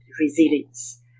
resilience